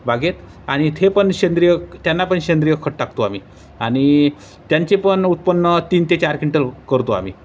बागेत आणि ते पण सेंद्रिय त्यांना पण सेंद्रिय खत टाकतो आम्ही आणि त्यांचे पण उत्पन्न तीन ते चार क्विंटल करतो आम्ही